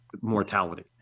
mortality